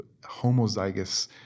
homozygous